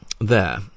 There